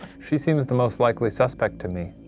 she seems the most likely suspect to me.